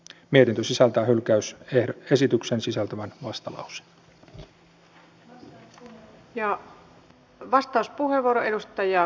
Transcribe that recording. mietintö sisältää hylkäysesityksen sisältävän vastalauseen